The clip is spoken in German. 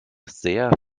sehr